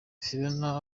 fiona